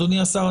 אדוני השר,